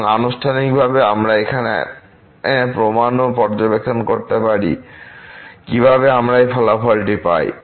এবং আনুষ্ঠানিকভাবে আমরা এখানে প্রমাণও পর্যবেক্ষণ করতে পারি কিভাবে আমরা এই ফলাফলটি পাই